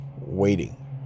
waiting